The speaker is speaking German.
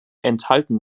enthalten